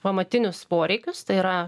pamatinius poreikius tai yra